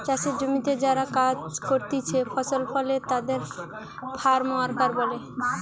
চাষের জমিতে যারা কাজ করতিছে ফসল ফলে তাদের ফার্ম ওয়ার্কার বলে